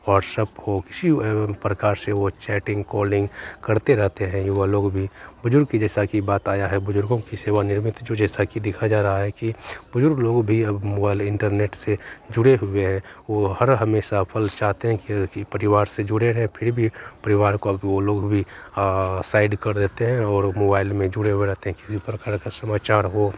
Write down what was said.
WhatsApp हो किसी प्रकार से वह चैटिन्ग कॉलिन्ग करते रहते हैं युवा लोग भी बुज़ुर्ग की जैसे कि बात आई है बुज़ुर्गों की सेवानिवृत्त जो जैसा कि देखा जा रहा है कि बुज़ुर्ग लोग भी अब मोबाइल इन्टरनेट से जुड़े हुए है वह हर हमेशा चाहते हैं कि परिवार से जुड़े रहें फिर भी परिवार का वह लोग भी साइड कर देते हैं और मोबाइल में जुड़े हुए रहते हैं किसी भी प्रकार का समाचार हो